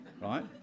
right